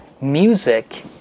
music